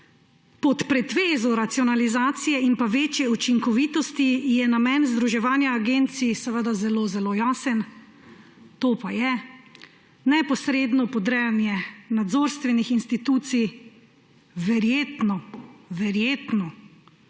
Pod pretvezo racionalizacije in pa večje učinkovitosti je namen združevanja agencij seveda zelo zelo jasen; to pa je neposredno podrejanje nadzorstvenih institucij, verjetno